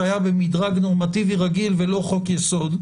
שהיה במדרג נורמטיבי רגיל ולא חוק יסוד,